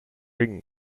ring